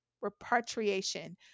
repatriation